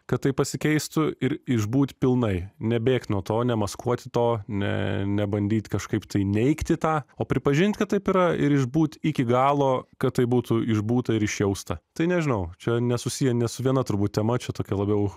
kad tai pasikeistų ir išbūt pilnai nebėgt nuo to nemaskuot to ne nebandyt kažkaip tai neigti tą o pripažint kad taip yra ir išbūt iki galo kad tai būtų išbūta ir išjausta tai nežinau čia nesusiję nė su viena turbūt tema čia tokia labiau